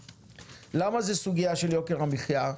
למה זה סוגיה של יוקר המחיה?